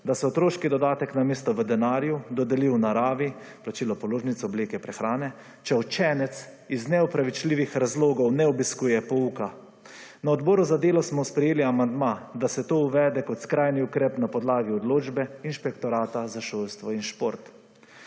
da se otroški dodatek namesto v denarju dodeli v naravi, plačilo položnic, obleke, prehrane, če učenec iz neopravičljivih razlogov ne obiskuje pouka. Na Odboru za delo smo sprejeli amandma, da se to uvede kot skrajni ukrep na podlagi odločbe Inšpektorata za šolstvo in šport.